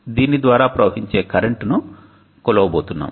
దీని ద్వారా ప్రవహించే కరెంటు ను కొలవబోతున్నాము